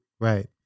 right